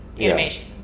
animation